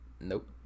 nope